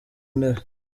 ntebe